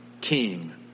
king